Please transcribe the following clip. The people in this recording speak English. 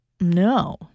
No